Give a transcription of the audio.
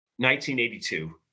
1982